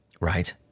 right